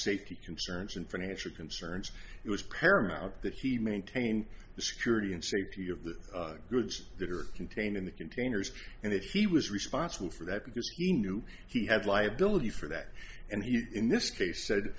safety concerns and financial concerns it was paramount that he maintained the security and safety of the goods that are contained in the containers and that he was responsible for that because he knew he had liability for that and he in this case said